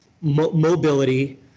mobility